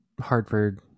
Hartford